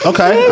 Okay